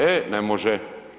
E, ne može.